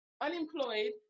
unemployed